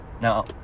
Now